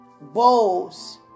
bowls